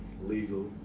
legal